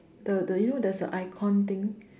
the the you know there's a icon thing